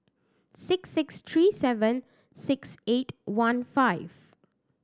six six three seven six eight one five